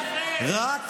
הממשלה שאתה שר בה.